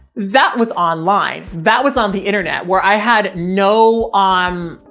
that was online, that was on the internet where i had no om.